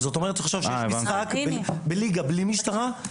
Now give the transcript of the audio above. יש משחק בליגה ללא משטרה,